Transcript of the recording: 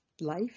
life